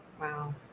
Wow